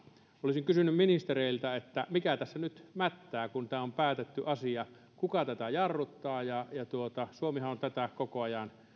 olisin kysynyt ministereiltä mikä tässä nyt mättää kun tämä on päätetty asia kuka tätä jarruttaa suomihan on tätä koko ajan